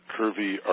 curvy